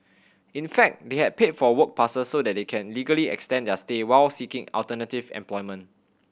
in fact they had paid for work passes so they could legally extend their stay while seeking alternative employment